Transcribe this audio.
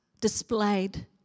displayed